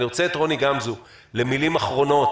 אני רוצה את רוני גמזו למילים אחרונות.